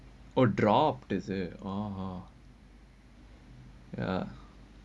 or drop is orh orh orh